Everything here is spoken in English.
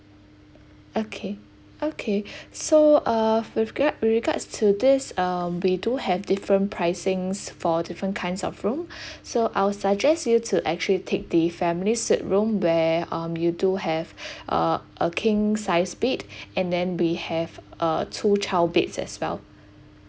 okay okay so uh with gra~ with regards to this um we do have different pricings for different kinds of room so I'll suggest you to actually take the family suite room where um you do have uh a king size bed and then we have uh two child beds as well